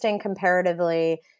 comparatively